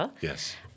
Yes